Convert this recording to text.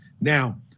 NOW